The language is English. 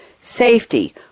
safety